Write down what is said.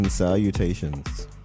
Salutations